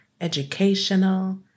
educational